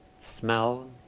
smell